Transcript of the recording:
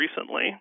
recently